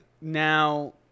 now